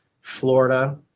Florida